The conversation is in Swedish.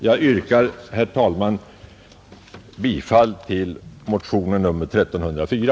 Jag yrkar, herr talman, bifall till motionen 1304.